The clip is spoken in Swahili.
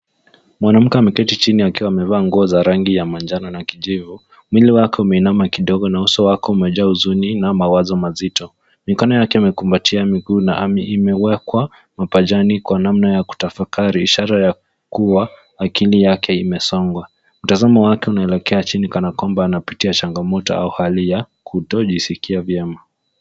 Mwanamke ameketi chini akiwa amevaa nguo za rangi ya manjano na kijivu, mwili wake umeinama kidogo na uso wake umejaa uzuni na mawazo mazito. Mikono yake imekumbatia miguu na imewekwa mapajani kwa namna yakutafakari ishara ya kuwa akili yake imesongwa mtazamo wake unaelekea chini kana kwamba anapitia changamoto au hali ya kutojisikia vyema.